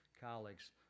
colleagues